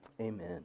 amen